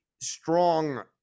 strong